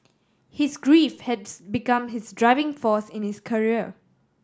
his grief has become his driving force in his career